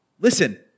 listen